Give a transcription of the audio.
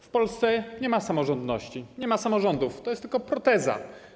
W Polsce nie ma samorządności, nie ma samorządów, to jest tylko proteza.